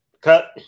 cut